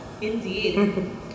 Indeed